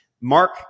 Mark